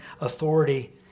authority